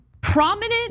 prominent